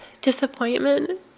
disappointment